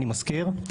אני מזכיר,